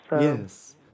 Yes